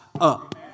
up